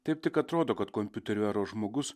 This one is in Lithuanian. taip tik atrodo kad kompiuterių eros žmogus